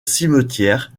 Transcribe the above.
cimetière